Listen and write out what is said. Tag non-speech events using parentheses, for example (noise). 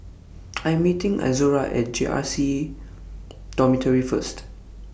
(noise) I'm meeting Izora At J R C Dormitory First